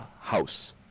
house